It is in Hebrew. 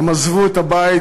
הם עזבו את הבית,